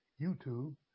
YouTube